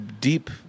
deep